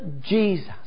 Jesus